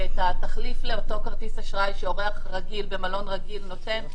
שאת התחליף לאותו כרטיס אשראי שאורח רגיל במלון רגיל נותן,